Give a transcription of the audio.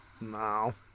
No